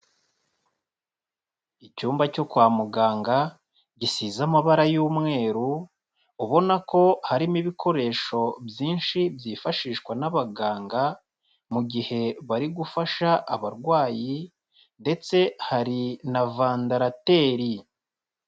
Icyumba cyo kwa muganga gisize amabara y'umweru, ubona ko harimo ibikoresho byinshi byifashishwa n'abaganga mu gihe bari gufasha abarwayi ndetse hari na vandarateri.